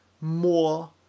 more